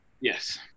yes